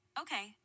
Okay